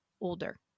older